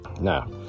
Now